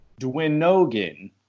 Dwinogin